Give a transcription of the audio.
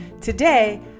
Today